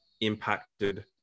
impacted